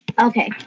Okay